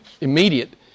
immediate